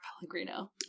Pellegrino